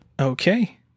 Okay